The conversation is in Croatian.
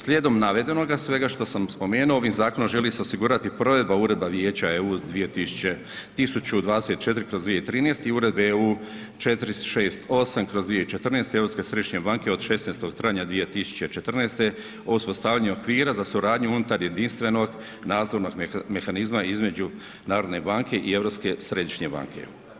Slijedom navedenoga, svega što sam spomenuo ovim zakonom želi se osigurati provedba Uredbe Vijeća EU 2000 1024/2013 i Uredbe EU 468/2014 Europske središnje banke od 16. travnja 2014. o uspostavljanju okvira za suradnju unutar jedinstvenog nadzornog mehanizma između Narodne banke i Europske središnje banke.